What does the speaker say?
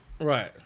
right